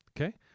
Okay